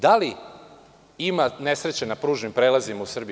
Da li ima nesreće na pružnim prelazima u Srbiji?